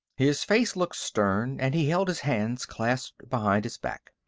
his face looked stern, and he held his hands clasped behind his back.